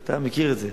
אתה מכיר את זה.